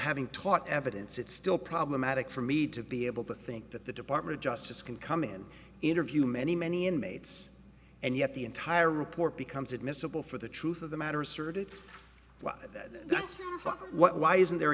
having taught evidence it's still problematic for me to be able to think that the department of justice can come in and interview many many inmates and yet the entire report becomes admissible for the truth of the matter asserted w